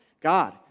God